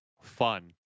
fun